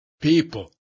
people